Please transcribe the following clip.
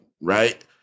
right